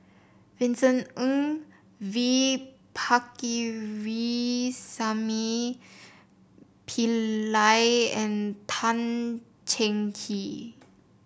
Vincent Ng V Pakirisamy Pillai and Tan Cheng Kee